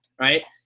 right